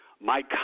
Mike